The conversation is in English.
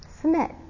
Submit